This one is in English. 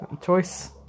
choice